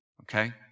Okay